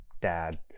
dad